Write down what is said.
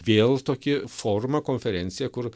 vėl tokį forumą konferenciją kur